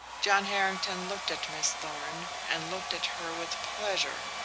john harrington looked at miss thorn, and looked at her with pleasure,